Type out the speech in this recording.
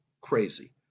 Crazy